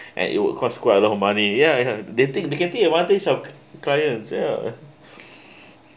and it would cost quite a lot of money ya ya they take they can take advantage of clients ya